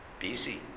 BC